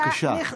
בבקשה.